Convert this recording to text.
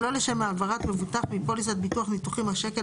שלא לשם העברת מבוטח מפוליסת ביטוח ניתוחים "השקל